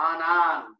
Anan